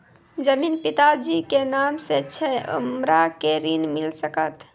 जमीन पिता जी के नाम से छै हमरा के ऋण मिल सकत?